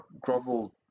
grovel